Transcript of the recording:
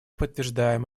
подтверждаем